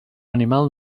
animal